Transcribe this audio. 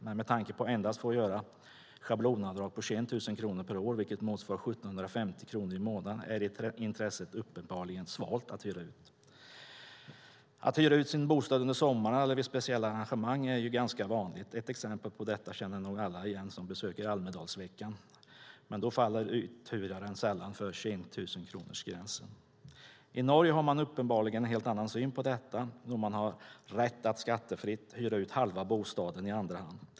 Men med tanke på att man får göra schablonavdrag på endast 21 000 kronor per år, vilket motsvarar 1 750 kronor per månad, är intresset för att hyra ut svalt. Att hyra ut sin bostad under sommaren eller vid speciella arrangemang är ju ganska vanligt. Ett exempel på detta känner nog alla igen som besöker Almedalsveckan, men då faller uthyraren sällan för 21 000-kronorsgränsen. I Norge har man en helt annan syn på detta då man har rätt att skattefritt hyra ut halva bostaden i andra hand.